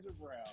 Brown